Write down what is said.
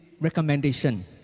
recommendation